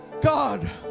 God